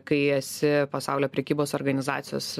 kai esi pasaulio prekybos organizacijos